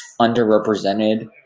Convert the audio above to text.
underrepresented